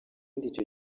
icyo